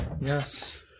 Yes